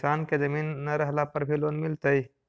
किसान के जमीन न रहला पर भी लोन मिलतइ?